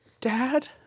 Dad